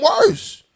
worse